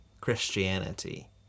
christianity